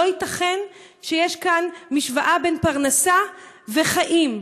לא ייתכן שיש כאן משוואה בין פרנסה וחיים.